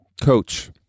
Coach